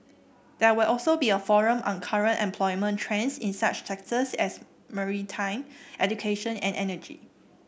there will also be a forum on current employment trends in such sectors as maritime education and energy